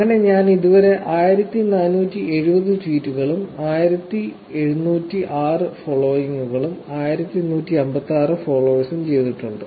അങ്ങനെ ഞാൻ ഇതുവരെ 1470 ട്വീറ്റുകളും 176 ഫോളോയിംഗുകളും 1156 ഫോളോവേഴ്സും ചെയ്തിട്ടുണ്ട്